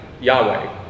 Yahweh